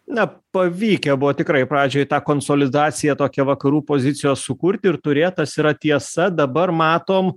na pavykę buvo tikrai pradžioj tą konsolidaciją tokia vakarų pozicijos sukurti ir turėt tas yra tiesa dabar matom